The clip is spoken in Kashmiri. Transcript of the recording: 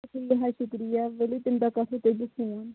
شُکریہ حظ شُکریہ ؤلِوتَمہِ دۄہ کَرہو تیٚلہِ بہٕ فوٗن